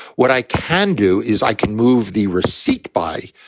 what i can do is i can move the receipt by